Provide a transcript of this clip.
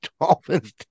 Dolphins